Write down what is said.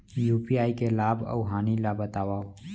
UPI के लाभ अऊ हानि ला बतावव